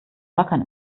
rackern